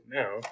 now